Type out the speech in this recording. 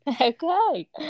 Okay